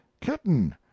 kitten